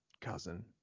cousin